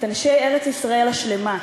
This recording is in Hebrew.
את אנשי ארץ-ישראל השלמה.